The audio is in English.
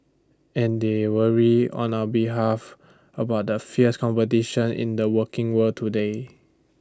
and they worry on A behalf about the fierce competition in the working world today